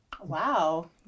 Wow